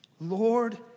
Lord